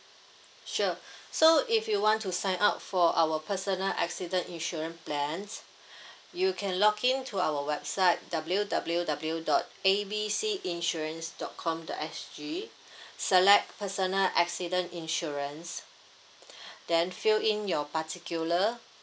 sure so if you want to sign up for our personal accident insurance plans you can log in to our website W W W dot A B C insurance dot com dot S_G select personal accident insurance then fill in your particular